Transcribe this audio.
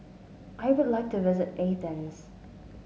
I would like to visit Athens